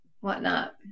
whatnot